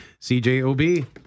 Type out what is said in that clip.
CJOB